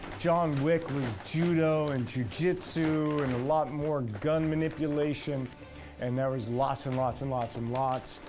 john wick was judo and jiu jitsu and a lot more gun manipulation and there was lots and lots and lots and lots.